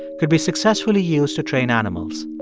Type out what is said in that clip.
could be successfully used to train animals.